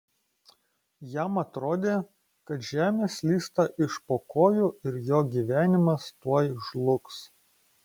jam atrodė kad žemė slysta iš po kojų ir jo gyvenimas tuoj žlugs